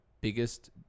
biggest